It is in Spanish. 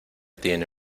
tiene